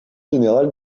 général